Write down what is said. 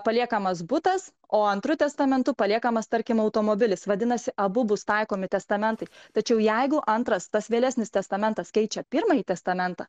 paliekamas butas o antru testamentu paliekamas tarkim automobilis vadinasi abu bus taikomi testamentai tačiau jeigu antras tas vėlesnis testamentas keičia pirmąjį testamentą